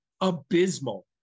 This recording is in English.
abysmal